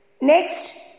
Next